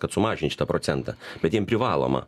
kad sumažint šitą procentą bet jiem privaloma